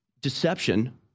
deception